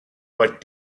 what